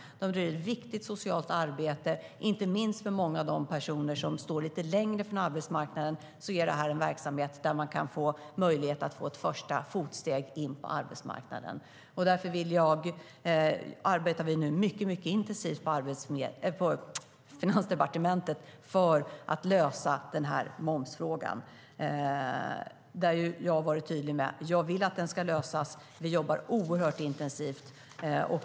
De gör ett viktigt socialt arbete. Inte minst för många av de personer som står lite längre från arbetsmarknaden är det här en verksamhet som kan ge möjlighet att få ett första fotsteg in på arbetsmarknaden. Därför arbetar vi nu mycket intensivt på Finansdepartementet för att lösa den här momsfrågan. Jag har varit tydlig med att jag vill att den ska lösas. Vi jobbar oerhört intensivt med frågan.